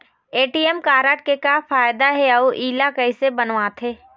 ATM card के का फायदा हे अऊ इला कैसे बनवाथे?